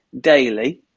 daily